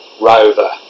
Rover